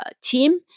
Team